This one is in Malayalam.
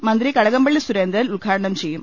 മന്ത്രി കടകംപള്ളി സുരേന്ദ്രൻ ഉദ്ഘാടനം ചെയ്യും